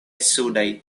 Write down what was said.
sudaj